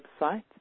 website